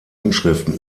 inschriften